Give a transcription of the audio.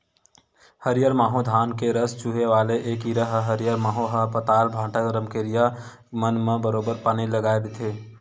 हरियर माहो धान के रस चूसे वाले ऐ कीरा ह हरियर माहो ह पताल, भांटा, रमकरिया मन म बरोबर बानी लगाय रहिथे